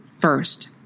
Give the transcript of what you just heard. first